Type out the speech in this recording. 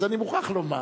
אז אני מוכרח לומר